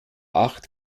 acht